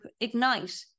Ignite